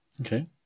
Okay